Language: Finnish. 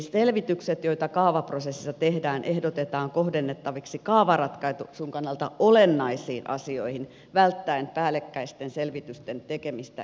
selvitykset joita kaavaprosessissa tehdään ehdotetaan kohdennettaviksi kaavaratkaisun kannalta olennaisiin asioihin välttäen päällekkäisten selvitysten tekemistä eri kaavatasoilla